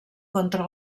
contra